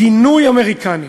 גינוי אמריקני.